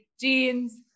Jeans